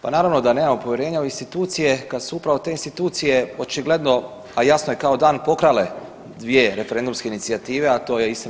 Pa naravno da nemamo povjerenja u institucije, kada su upravo te institucije očigledno, a jasno je kao dan pokrale dvije referendumske inicijative a to je istina.